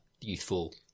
youthful